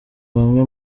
bamwe